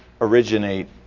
originate